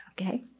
Okay